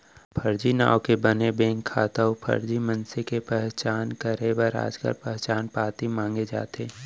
फरजी नांव के बने बेंक खाता अउ फरजी मनसे के पहचान करे बर आजकाल पहचान पाती मांगे जाथे